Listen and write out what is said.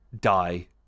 die